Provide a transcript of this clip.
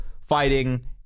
fighting